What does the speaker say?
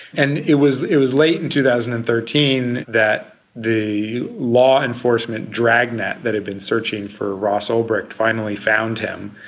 and it was it was late in two thousand and thirteen that the law enforcement dragnet that had been searching for ross ulbricht finally found him.